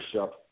up